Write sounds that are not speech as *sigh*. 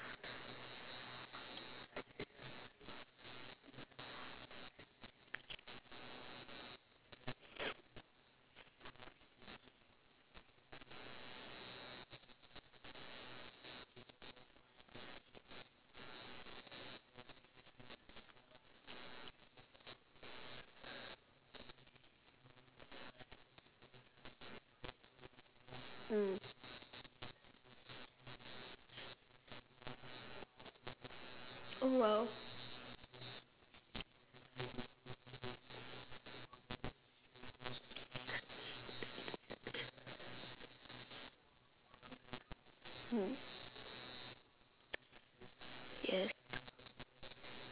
*noise* mm oh !wow! mm yes